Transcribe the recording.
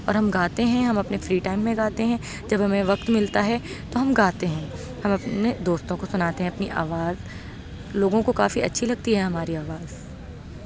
اور ہم گاتے ہیں ہم اپنے فری ٹائم میں گاتے ہیں جب ہمیں وقت ملتا ہے تو ہم گاتے ہیں ہم اپنے دوستوں کو سناتے ہیں اپنی آواز لوگوں کو کافی اچھی لگتی ہے ہماری آواز